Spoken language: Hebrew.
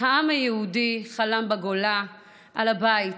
העם היהודי חלם בגולה על הבית,